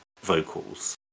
vocals